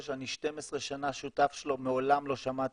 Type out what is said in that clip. שאול צמח,